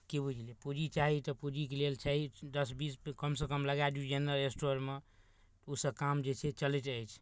की बुझलियै पूँजी चाही तऽ पूँजीके लेल चाही दस बीस कमसँ कम लगाए दियौ जनरल स्टोरमे ओसभ काम जे छै चलैत रहै छै